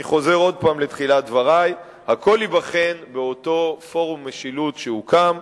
אני חוזר עוד פעם לתחילת דברי: הכול ייבחן באותו פורום משילות שהוקם,